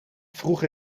vroeg